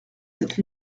cette